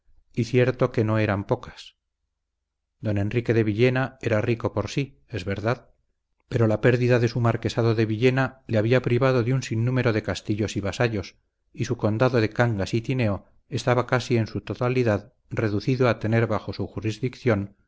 y cierto que no eran pocas don enrique de villena era rico por sí es verdad pero la pérdida de su marquesado de villena le había privado de un sinnúmero de castillos y vasallos y su condado de cangas y tineo estaba casi en su totalidad reducido a tener bajo su jurisdicción